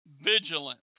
vigilant